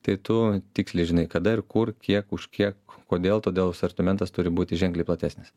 tai tu tiksliai žinai kada ir kur kiek už kiek kodėl todėl asortimentas turi būti ženkliai platesnis